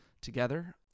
together